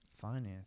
finance